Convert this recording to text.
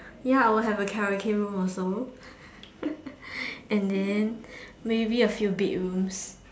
ya I will have a Karaoke room also and then maybe a few bedrooms